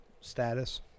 status